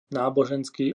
náboženský